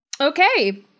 Okay